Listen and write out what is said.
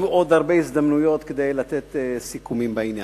יהיו עוד הרבה הזדמנויות כדי לתת סיכומים בעניין.